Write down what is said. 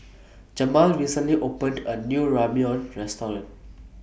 Jamaal recently opened A New Ramyeon Restaurant